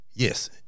Yes